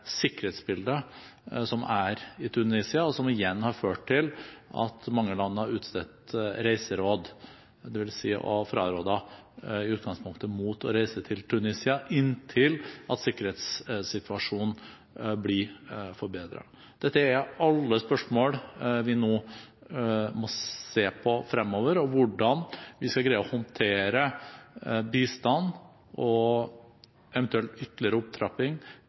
sikkerhetsbildet som er i Tunisia, og som igjen har ført til at mange land har utstedt reiseråd, dvs. har frarådet i utgangspunktet å reise til Tunisia inntil sikkerhetssituasjonen blir forbedret. Dette er alle spørsmål vi nå må se på fremover, hvordan vi skal greie å håndtere bistand og eventuelt ytterligere opptrapping